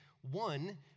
One